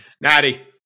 Natty